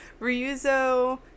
Ryuzo